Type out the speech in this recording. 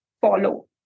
follow